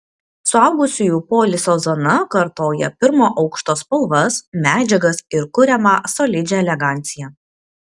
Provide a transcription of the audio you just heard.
suaugusiųjų poilsio zona kartoja pirmo aukšto spalvas medžiagas ir kuriamą solidžią eleganciją